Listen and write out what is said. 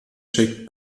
checkt